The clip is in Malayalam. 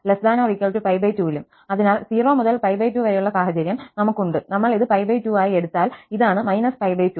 അതിനാൽ 0 മുതൽ 2 വരെയുള്ള സാഹചര്യം നമുക് ഉണ്ട്നമ്മൾ ഇത് 2 ആയി എടുത്താൽ ഇതാണ് 2 പിന്നീട് 0 മുതൽ 2 വരെ അത് cos x ആണ്